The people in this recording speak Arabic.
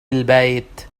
البيت